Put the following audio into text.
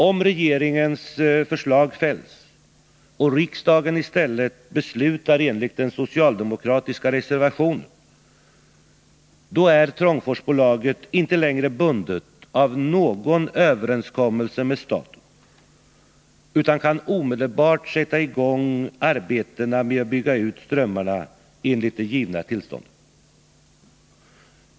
Om regeringens förslag fälls och riksdagen i stället beslutar enligt den socialdemokratiska reservationen, är Trångforsbolaget inte längre bundet av någon överenskommelse med staten, utan kan omedelbart sätta i gång arbetena med att bygga ut strömmarna enligt det givna tillståndet.